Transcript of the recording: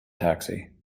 taxi